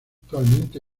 actualmente